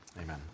Amen